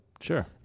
Sure